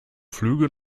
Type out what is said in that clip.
flüge